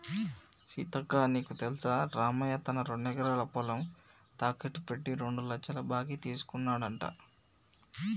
సీతక్క నీకు తెల్సా రామయ్య తన రెండెకరాల పొలం తాకెట్టు పెట్టి రెండు లచ్చల బాకీ తీసుకున్నాడంట